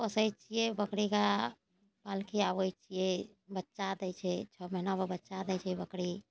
पोसै छियै बकरीके पाल खिआबै छियै बच्चा दै छै छओ महीना पे बच्चा दै छै बकरी